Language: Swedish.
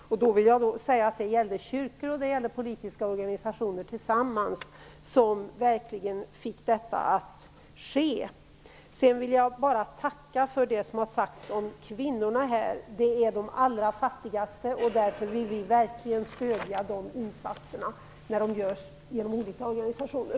Det gällde kyrkor och politiska organisationer tillsammans, som verkligen fick detta att ske. Jag vill tacka för det som har sagts om kvinnorna här. Det är de allra fattigaste, och därför vill vi verkligen stödja de insatser som görs genom olika organisationer.